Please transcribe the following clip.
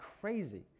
crazy